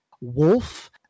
wolf